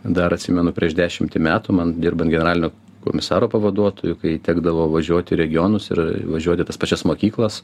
dar atsimenu prieš dešimtį metų man dirbant generalinio komisaro pavaduotoju kai tekdavo važiuot į regionus ir važiuot į tas pačias mokyklas